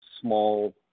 small